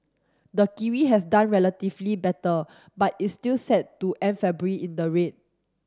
the kiwi has done relatively better but is still set to end February in the red